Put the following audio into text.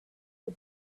the